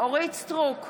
אורית מלכה סטרוק,